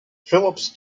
phillips